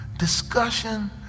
Discussion